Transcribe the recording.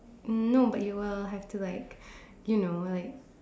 um no but you will have to like you know like